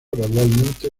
gradualmente